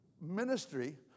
Ministry